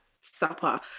supper